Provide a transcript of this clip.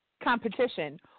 competition